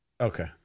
okay